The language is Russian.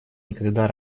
никогда